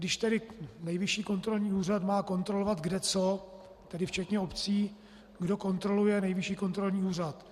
Když tedy Nejvyšší kontrolní úřad má kontrolovat kde co, tedy včetně obcí, kdo kontroluje Nejvyšší kontrolní úřad?